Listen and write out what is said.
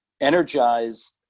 energize